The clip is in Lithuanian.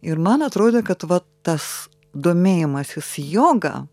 ir man atrodė kad vat tas domėjimasis joga